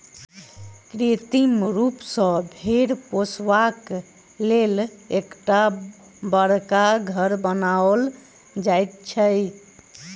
कृत्रिम रूप सॅ भेंड़ पोसबाक लेल एकटा बड़का घर बनाओल जाइत छै